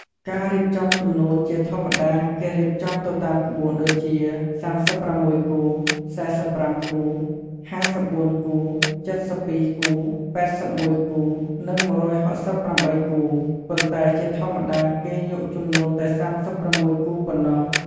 ការរៀបចំជំនូនជាធម្មតាគេរៀបចំទៅតាមក្បួន ដូចជា ៣៦គូ ៤៥គូ ៥៤គូ ៧២គូ ៨១គូ និង១៦៨គូ ប៉ុន្តែជាធម្មតាគេយកជំនូនតែ៣៦គូប៉ុណ្ណោះ។